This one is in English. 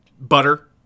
butter